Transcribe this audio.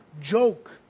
joke